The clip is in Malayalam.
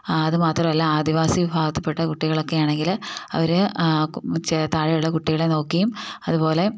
ആ അതു മാത്രമല്ല ആദിവാസി വിഭാഗത്തിൽ പെട്ട കുട്ടികളൊക്കെ ആണെങ്കിൽ അവർ താഴെയുള്ള കുട്ടികളെ നോക്കിയും അതുപോലെ